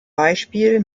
beispiel